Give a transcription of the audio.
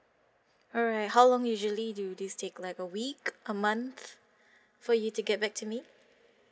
alright how long usually do this take like a week a month for you to get back to me